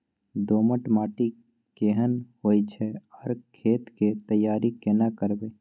दोमट माटी केहन होय छै आर खेत के तैयारी केना करबै?